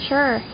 Sure